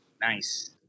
Nice